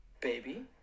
Baby